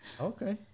Okay